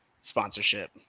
sponsorship